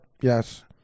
Yes